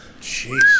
Jeez